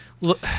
Look